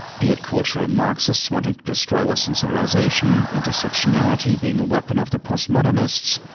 be it cultural marxists wanting to destroy western civilization, intersectionality being a weapon of the post-modernists,